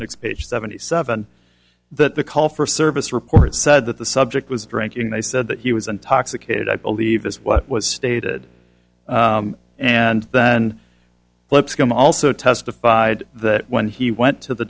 next page seventy seven that the call for service reports said that the subject was drinking they said that he was intoxicated i believe is what was stated and then lipscomb also testified that when he went to the